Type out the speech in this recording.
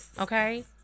Okay